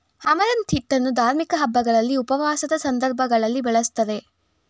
amaranth ಹಿಟ್ಟನ್ನು ಧಾರ್ಮಿಕ ಹಬ್ಬಗಳಲ್ಲಿ, ಉಪವಾಸದ ಸಂದರ್ಭಗಳಲ್ಲಿ ಬಳ್ಸತ್ತರೆ